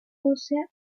ósea